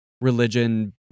religion